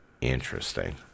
Interesting